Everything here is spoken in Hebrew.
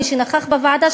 מי שנכח בוועדה,